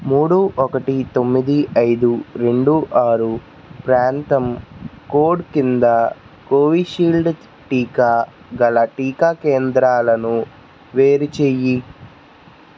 మూడు ఒకటి తొమ్మిది ఐదు రెండు ఆరు ప్రాంతం కోడ్ కింద కోవిషీల్డ్ టీకా గల టీకా కేంద్రాలను వేరు చెయ్యి